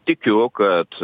tikiu kad